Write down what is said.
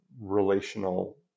relational